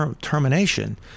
termination